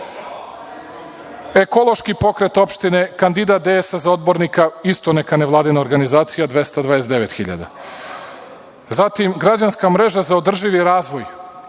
Ekološki pokret opštine, kandidat DS za odbornika, isto neka nevladina organizacija 229 hiljada. Zatim, Građanska mreža za održivi razvoj,